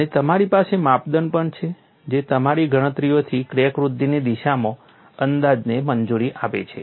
અને તમારી પાસે માપદંડ પણ છે જે તમારી ગણતરીઓથી ક્રેક વૃદ્ધિની દિશાના અંદાજને મંજૂરી આપે છે